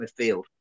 midfield